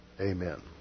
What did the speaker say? Amen